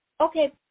Okay